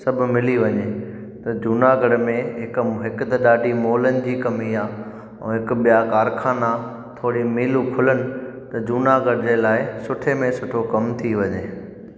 सभ मिली वञे त जूनागढ़ में हिकु हिकु त ॾाढी मॉलनि जी कमी आहे ऐं हिकु ॿिया कारखाना थोरी मीलू खुलनि त जूनागढ़ जे लाइ सुठे में सुठो कमु थी वञे